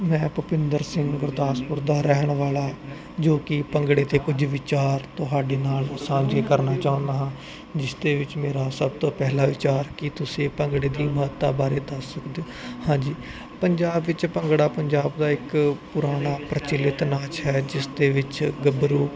ਮੈਂ ਭੁਪਿੰਦਰ ਸਿੰਘ ਗੁਰਦਾਸਪੁਰ ਦਾ ਰਹਿਣ ਵਾਲਾ ਜੋ ਕੀ ਭੰਗੜੇ ਤੇ ਕੁਝ ਵਿਚਾਰ ਤੁਹਾਡੇ ਨਾਲ ਹੋ ਸਾਂਝੀ ਕਰਨਾ ਚਾਹੁੰਦਾ ਜਿਸ ਦੇ ਵਿੱਚ ਮੇਰਾ ਸਭ ਤੋਂ ਪਹਿਲਾ ਵਿਚਾਰ ਕੀ ਤੁਸੀਂ ਭੰਗੜੇ ਦੀ ਮਹੱਤਤਾ ਬਾਰੇ ਦੱਸ ਸਕਦੇ ਹੋ ਹਾਂਜੀ ਪੰਜਾਬ ਵਿੱਚ ਭੰਗੜਾ ਪੰਜਾਬ ਦਾ ਇੱਕ ਪੁਰਾਣਾ ਪ੍ਰਚਿਲਿਤ ਨਾਚ ਹੈ ਜਿਸ ਦੇ ਵਿੱਚ ਗੱਭਰੂ